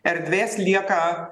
erdvės lieka